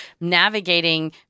navigating